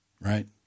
right